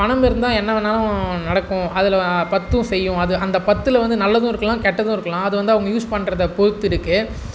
பணம் இருந்தால் என்ன வேணாலும் நடக்கும் அதில் பத்தும் செய்யும் அது அந்த பத்தில் வந்து நல்லதும் இருக்கலாம் கெட்டதும் இருக்கலாம் அது வந்து அவங்க யூஸ் பண்ணுறத பொருத்து இருக்குது